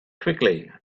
quickly